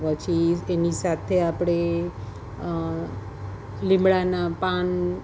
પછી એની સાથે આપણે લીમડાનાં પાન